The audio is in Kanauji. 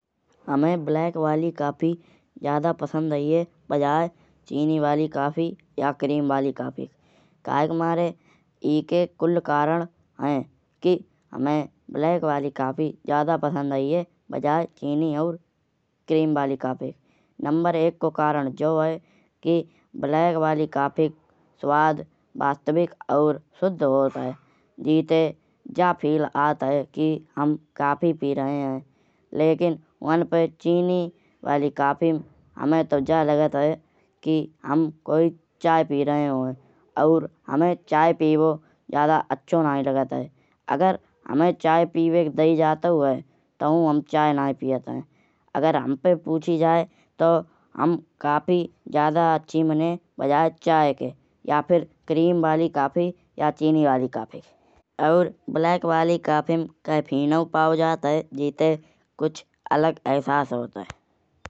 हुमे ब्लैक वाली कॉफी ज्यादा पसंद आइये। बजाये चीनी वाली कॉफी या क्रीम वाली कॉफी। काहे के मारे एके कुल्ल करण है। कि हुमे ब्लैक वाली कॉफी ज्यादा पसंद आइये। बजाये चीनी और क्रीम वाली कॉफी। नम्बर एक को करण जाउ है। कि ब्लैक वाली कॉफी को स्वाद वास्तविक और सुधा होत है। जीते जा फील आत है कि हम कॉफी पी रहे हैं। लेकिन वहां पे चीनी वाली कॉफी में हुमे तउ जा लागत है। कि हम कोई चाय पी रहे होये। और हुमाये चाय पिबो ज्यादा अचछो नाई लगत है। अगर हुमाये चाय पिबाये का दई जातु है। तउ हम चाय नाई पियत है। अगर हम पै पूछ्ची जाये तउ हम कॉफी ज्यादा अच्छी मनिये। बजाये चाय के या फिर क्रीम वाली कॉफी या चीनी वाली कॉफी के। और ब्लैक वाली कॉफी में कैफीनौ पाओ जात है। जीते कुछ अलग अहसास होत है।